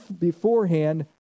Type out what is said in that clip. beforehand